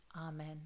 Amen